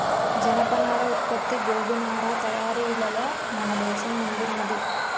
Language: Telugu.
జనపనార ఉత్పత్తి గోగు నారా తయారీలలో మన దేశం ముందున్నది